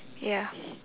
ya